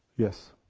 yes.